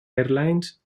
airlines